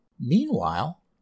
Meanwhile